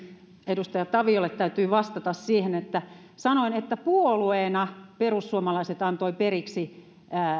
edustaja taviolle täytyy vastata että sanoin että puolueena perussuomalaiset antoivat periksi